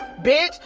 bitch